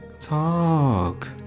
talk